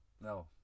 no